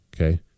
Okay